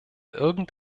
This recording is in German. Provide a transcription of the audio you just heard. irgend